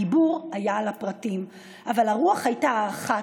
הדיבור היה על הפרטים, אבל הרוח הייתה אחת: